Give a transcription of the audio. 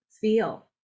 feel